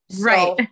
Right